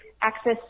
access